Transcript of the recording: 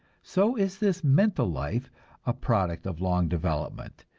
so is this mental life a product of long development,